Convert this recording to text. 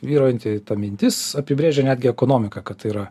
vyraujanti ta mintis apibrėžia netgi ekonomiką kad tai yra